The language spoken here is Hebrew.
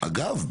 אגב,